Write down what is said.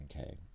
okay